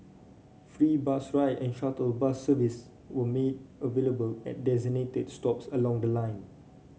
free bus ride and shuttle bus service were made available at designated stops along the line